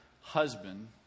husband